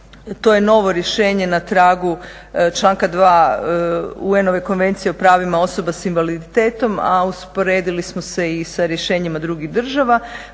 to je novo rješenje na tragu članka 2. UN-ove Konvencije o pravima osoba s invaliditetom, a usporedili smo se i sa rješenjima drugih država.